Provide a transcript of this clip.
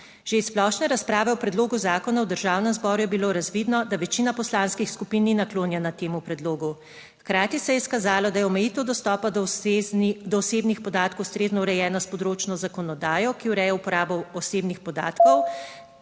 Že iz splošne razprave o predlogu zakona v Državnem zboru je bilo razvidno, da večina poslanskih skupin ni naklonjena temu predlogu, hkrati se je izkazalo, da je omejitev dostopa do osebnih podatkov ustrezno urejena s področno zakonodajo, ki ureja uporabo osebnih podatkov.